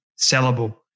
sellable